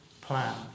plan